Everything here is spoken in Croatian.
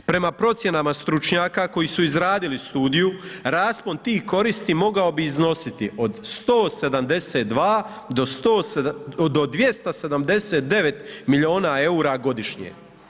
Prema procjenama stručnjaka koji su izradili studiju raspon tih koristi mogao bi iznositi od 172 do 279 milijuna eura godišnje.